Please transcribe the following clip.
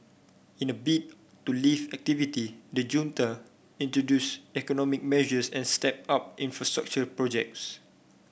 in a bid to lift activity the junta introduce economic measures and stepped up infrastructure projects